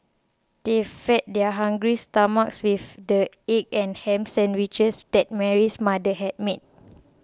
they fed their hungry stomachs with the egg and ham sandwiches that Mary's mother had made